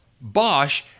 Bosch